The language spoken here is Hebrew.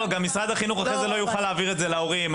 גם משרד החינוך אחר כך לא יוכל להעביר את זה להורים.